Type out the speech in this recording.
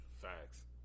Facts